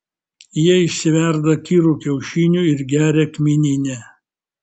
jie išsiverda kirų kiaušinių ir geria kmyninę